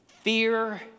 fear